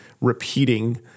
repeating